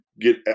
get